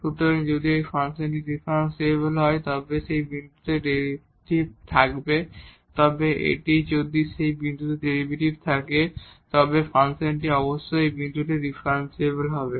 সুতরাং যদি একটি ফাংশন ডিফারেনশিবল হয় তবে এটি সেই বিন্দুতে ডেরিভেটিভ থাকবে অথবা এটি যদি সেই বিন্দুতে ডেরিভেটিভ থাকে তবে ফাংশনটি অবশ্যই সেই বিন্দুতে ডিফারেনশিবল হতে হবে